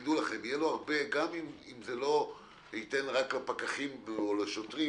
קמפיין יהיה לו הרבה גם אם זה לא ייתן רק לפקחים או לשוטרים,